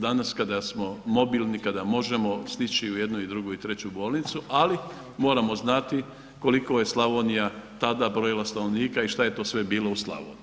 Danas kada smo mobilni, kada možemo stići u jednu, drugu i treću bolnicu ali moramo znati koliko je Slavonija tada brojila stanovnika i što je to sve bilo u Slavoniji.